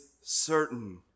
certain